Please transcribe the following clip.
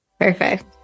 Perfect